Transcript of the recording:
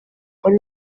wari